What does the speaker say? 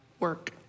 work